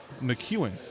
McEwen